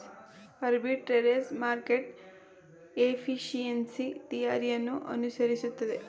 arbitrage market efficiency theory ಅನ್ನು ಅನುಸರಿಸುತ್ತದೆ